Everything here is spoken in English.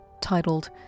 titled